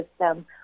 system